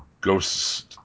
Ghosts